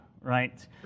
right